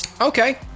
Okay